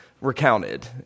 recounted